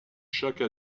chaque